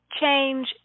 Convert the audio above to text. change